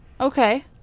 Okay